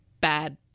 bad